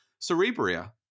Cerebria